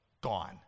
gone